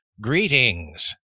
greetings